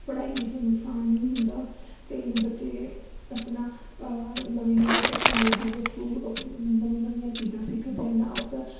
ਪੜ੍ਹਾਈ ਵਿੱਚ ਨੁਕਸਾਨ ਨਹੀਂ ਹੁੰਦਾ ਅਤੇ ਬੱਚੇ ਆਪਣਾ ਨਵੀਂ ਨਵੀਂ ਟੈਕਨੋਲੋਜੀ ਦੇ ਥਰੂ ਨਵੀਂ ਨਵੀਆਂ ਚੀਜ਼ਾਂ ਸਿੱਖਦੇ ਹਨ ਅੱਜ ਤਾਂ